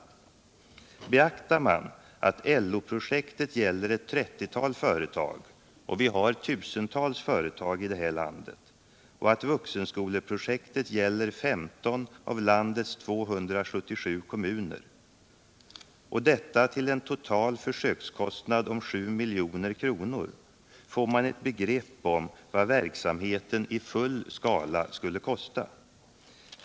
61 Beaktar man att LO-projektet gäller ett trettiotal företag — vi har tusentals företag i det här landet — och att Vuxenskoleprojektet gäller 15 av landets 277 kommuner, detta till en total försökskostnad om 7 milj.kr., får man ett begrepp om vad verksamheten i full skala skulle kosta.